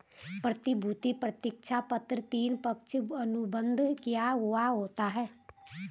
प्रतिभूति प्रतिज्ञापत्र तीन, पक्ष अनुबंध किया हुवा होता है